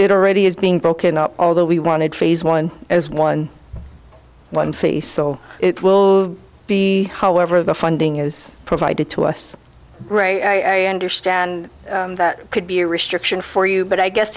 it already is being broken up although we wanted phase one as one one fee so it will be however the funding is provided to us right i understand that could be a restriction for you but i guess